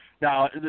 Now